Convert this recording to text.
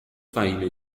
فهیمه